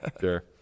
Sure